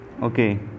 okay